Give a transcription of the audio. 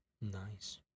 Nice